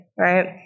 right